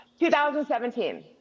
2017